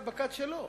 אתה מבין?